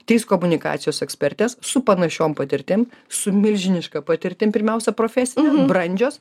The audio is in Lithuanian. trys komunikacijos ekspertės su panašiom patirtim su milžiniška patirtim pirmiausia profesine brandžios